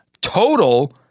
total